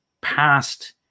past